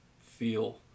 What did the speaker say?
feel